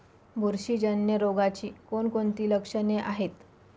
बुरशीजन्य रोगाची कोणकोणती लक्षणे आहेत?